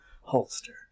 holster